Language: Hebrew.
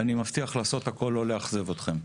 אני מבטיח לעשות הכול ולא לאכזב אתכם.